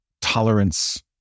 tolerance